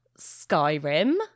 skyrim